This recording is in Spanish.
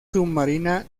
submarina